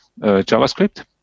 JavaScript